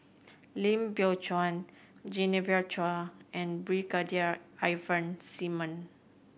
Lim Biow Chuan Genevieve Chua and Brigadier Ivan